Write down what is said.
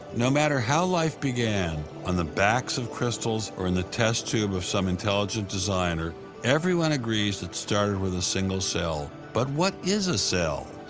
no matter how life began, began, on the backs of crystals or in the test tube of some intelligent designer, everyone agrees it started with a single cell. but what is a cell?